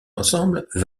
ensembles